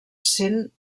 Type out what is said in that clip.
sent